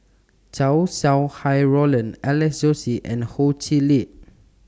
Chow Sau Hai Roland Alex Josey and Ho Chee Lick